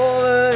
Over